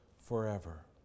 forever